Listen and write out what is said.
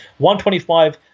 125